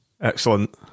Excellent